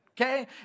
Okay